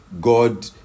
God